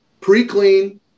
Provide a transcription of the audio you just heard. pre-clean